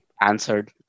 answered